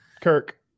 Kirk